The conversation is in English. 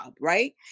right